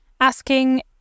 asking